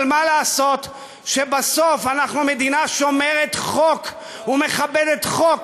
אבל מה לעשות שבסוף אנחנו מדינה שומרת חוק ומכבדת חוק,